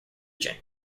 agent